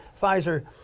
Pfizer